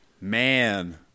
man